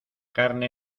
carne